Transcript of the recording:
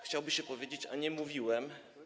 Chciałoby się powiedzieć: A nie mówiłem?